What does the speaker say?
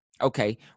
Okay